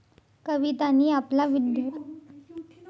कवितानी आपला विद्यार्थ्यंसना संगे गुंतवणूकनी परतावावर वाद विवाद करा